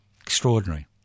Extraordinary